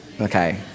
Okay